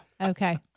Okay